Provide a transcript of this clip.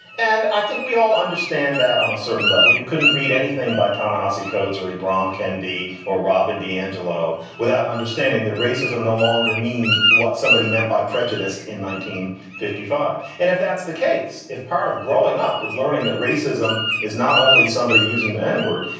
and i think we all understand that on a certain level, you couldn't read anything by tana hossie codes or ibrahim kendi or robin d'angelo without understanding that racism no longer means what somebody meant by prejudiced in nineteen fifty five. and if that's the case, if part of growing up is learning that racism is not only somebody using the n-word,